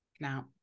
now